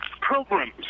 programs